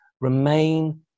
remain